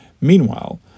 Meanwhile